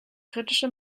kritische